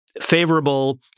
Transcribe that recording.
favorable